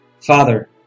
Father